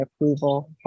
approval